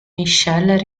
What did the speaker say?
michel